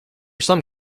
some